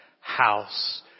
house